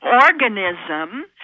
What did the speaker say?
organism